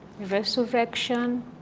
resurrection